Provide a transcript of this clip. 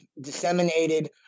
disseminated